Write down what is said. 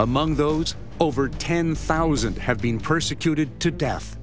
among those over ten thousand have been persecuted to death